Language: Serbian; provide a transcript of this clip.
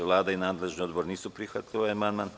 Vlada i nadležni odbor nisu prihvatili ovaj amandman.